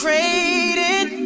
Trading